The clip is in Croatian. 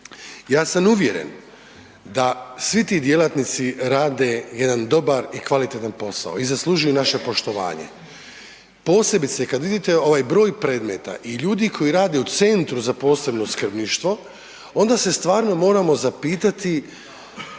Ja sam uvjeren da svi ti djelatnici rade jedan dobar i kvalitetan posao i zaslužuju naše poštovanje. Posebice kad vidite ovaj broj predmeta i broj ljudi koji rade u Centru za posebno skrbništvo onda se stvarno moramo zapitati,